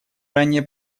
ранее